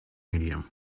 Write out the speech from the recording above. medium